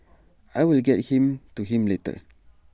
I will get him to him later